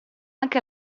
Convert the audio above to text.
anche